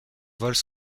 vols